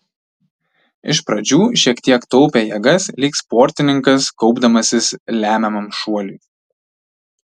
iš pradžių šiek tiek taupė jėgas lyg sportininkas kaupdamasis lemiamam šuoliui